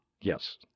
Yes